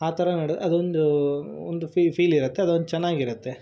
ಆ ಥರ ನಡೆ ಅದೊಂದು ಒಂದು ಫೀ ಫೀಲಿರುತ್ತೆ ಅದೊಂದು ಚೆನ್ನಾಗಿರತ್ತೆ